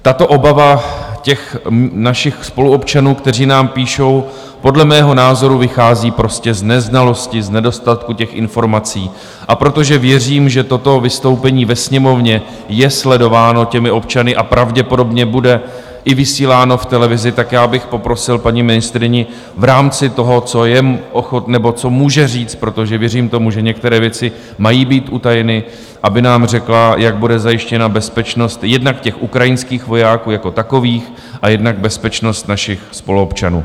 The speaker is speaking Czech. Tato obava našich spoluobčanů, kteří nám píšou, podle mého názoru vychází prostě z neznalosti, z nedostatku informací, a protože věřím, že toto vystoupení ve Sněmovně je sledováno občany a pravděpodobně bude i vysíláno v televizi, tak bych poprosil paní ministryni v rámci toho, co může říct, protože věřím tomu, že některé věci mají být utajeny, aby nám řekla, jak bude zajištěna bezpečnost jednak ukrajinských vojáků jako takových, jednak bezpečnost našich spoluobčanů.